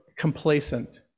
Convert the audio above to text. Complacent